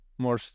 More